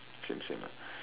same same lah